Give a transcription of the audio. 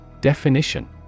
Definition